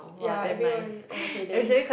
ya everyone oh okay then